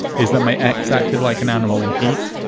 is that my ex acted like an animal in heat.